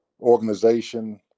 organization